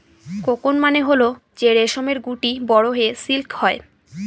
cocoon মানে হল যে রেশমের গুটি বড়ো হয়ে সিল্ক হয়